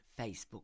Facebook